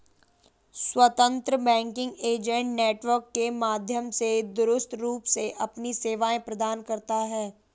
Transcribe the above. स्वतंत्र banking agent network के माध्यम से दूरस्थ रूप से अपनी सेवाएं प्रदान करता है